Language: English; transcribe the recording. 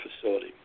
facility